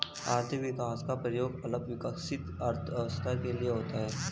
आर्थिक विकास का प्रयोग अल्प विकसित अर्थव्यवस्था के लिए होता है